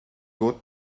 good